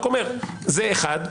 זה דבר אחד.